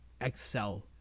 excel